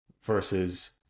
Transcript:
versus